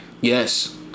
Yes